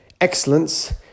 excellence